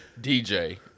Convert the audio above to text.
DJ